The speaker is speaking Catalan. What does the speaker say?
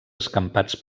escampats